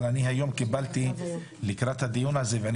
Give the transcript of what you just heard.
אבל היום אני קיבלתי לקראת הדיון הזה ואני